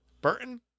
Burton